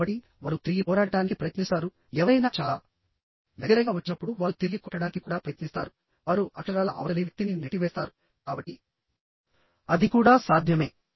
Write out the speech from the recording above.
కాబట్టి వారు తిరిగి పోరాడటానికి ప్రయత్నిస్తారు ఎవరైనా చాలా దగ్గరగా వచ్చినప్పుడు వారు తిరిగి కొట్టడానికి కూడా ప్రయత్నిస్తారు వారు అక్షరాలా అవతలి వ్యక్తిని నెట్టివేస్తారు కాబట్టి అది కూడా సాధ్యమే